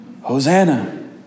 Hosanna